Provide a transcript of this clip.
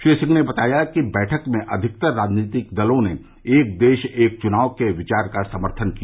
श्री सिंह ने बताया कि बैठक में अधिकतर राजनीतिक दलों ने एक देश एक चुनाव के विचार का समर्थन किया